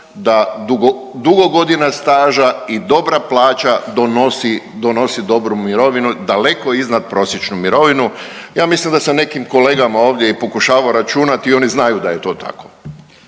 da dugo godina staža i dobra plaća donosi, donosi dobru mirovinu daleko iznad prosječnu mirovinu. Ja mislim da sam nekim kolegama ovdje i pokušavao računati i oni znaju da je to tako.